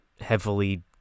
heavily